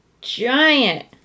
Giant